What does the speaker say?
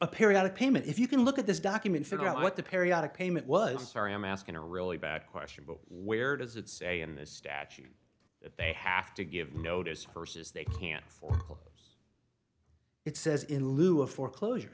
a periodic payment if you can look at this document figure out what the perry out of payment was sorry i'm asking a really bad question but where does it say in this statute that they have to give notice hearses they can't foreclose it says in lieu of foreclosure